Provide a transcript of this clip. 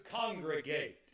congregate